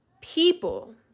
people